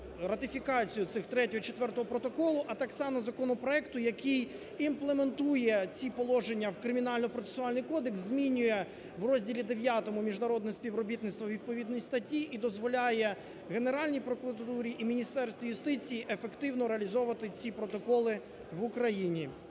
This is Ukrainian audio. і Четвертого протоколу, а так само законопроекту, який імплементує ці положення в Кримінально-процесуальний кодекс, змінює в розділі ІХ міжнародне співробітництво у відповідній статті і дозволяє Генеральній прокуратурі і Міністерству юстиції ефективно реалізовувати ці протоколи в Україні.